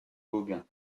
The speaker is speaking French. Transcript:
gauguin